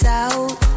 out